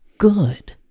good